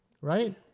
right